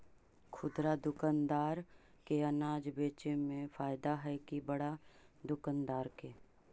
खुदरा दुकानदार के अनाज बेचे में फायदा हैं कि बड़ा दुकानदार के?